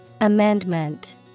Amendment